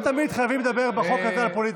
לא תמיד חייבים לדבר, בחוק הזה, על פוליטיקה.